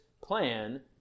plan